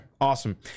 awesome